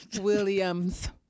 Williams